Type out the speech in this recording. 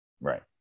Right